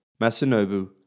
Masanobu